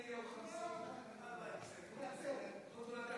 כבוד היושבת-ראש, חברי כנסת נכבדים, אתמול בלילה